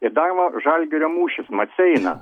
į dar va žalgirio mūšis maceina